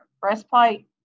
breastplate